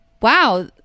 wow